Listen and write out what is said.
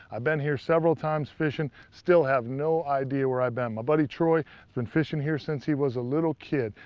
i've been here several times fishing. still have no idea where i've been. my buddy, troy, has been fishing here since he was a little kid.